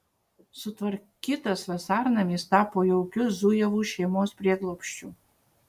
sutvarkytas vasarnamis tapo jaukiu zujevų šeimos prieglobsčiu